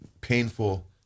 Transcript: painful